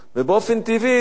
ובאופן טבעי,